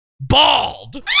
bald